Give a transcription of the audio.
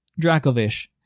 Dracovish